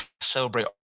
celebrate